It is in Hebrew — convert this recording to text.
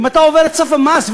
אם אתה עובר את סף המס,